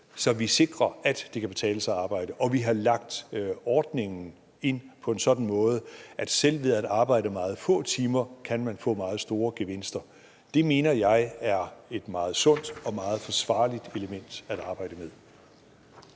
så vi sikrer, at det kan betale sig at arbejde. Og vi har lagt ordningen ind på en sådan måde, at selv ved at arbejde meget få timer kan man få meget store gevinster. Det mener jeg er et meget sundt og meget forsvarligt element at arbejde med.